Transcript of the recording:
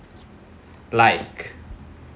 like